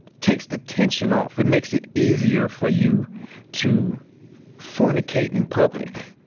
takes the tension off. it makes it easier for you to fornicate in public